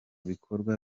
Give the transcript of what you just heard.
bikorwa